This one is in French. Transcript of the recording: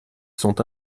sont